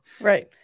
Right